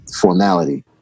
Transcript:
formality